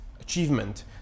achievement